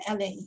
LA